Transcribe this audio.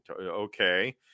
okay